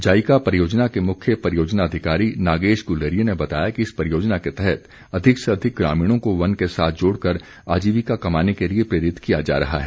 JICA परियोजना के मुख्य परियोजना अधिकारी नागेश गुलेरिया ने बताया कि इस परियोजना के तहत अधिक से अधिक ग्रामीणों को वन के साथ जोड़कर आजीविका कमाने के लिए प्रेरित किया जा रहा है